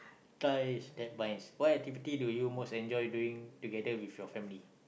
ties that binds what activity do you most enjoy doing together with your family